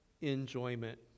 enjoyment